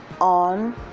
on